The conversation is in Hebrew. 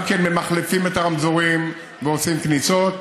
גם מְמַחלפים את הרמזורים ועושים כניסות,